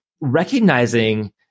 recognizing